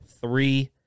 three